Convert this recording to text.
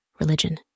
religion